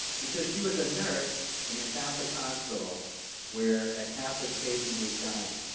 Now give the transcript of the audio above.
because she was a nurse in a catholic hospital where a catholic patient was dying.